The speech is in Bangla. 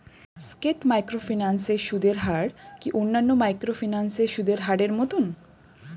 স্কেট মাইক্রোফিন্যান্স এর সুদের হার কি অন্যান্য মাইক্রোফিন্যান্স এর সুদের হারের মতন?